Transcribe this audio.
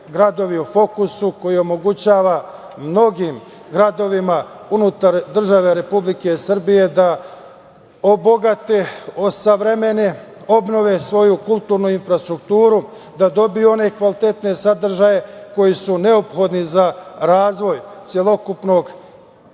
„Gradovi u fokusu“, koji omogućava mnogim gradovima unutar države Republike Srbije da obogate, osavremene, obnove svoju kulturnu infrastrukturu, da dobiju one kvalitetne sadržaje koji su neophodni za razvoje celokupnog projektiranja